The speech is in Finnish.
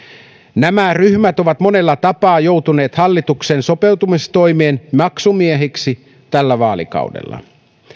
nämä ryhmät ovat monella tapaa joutuneet hallituksen sopeutustoimien maksumiehiksi tällä vaalikaudella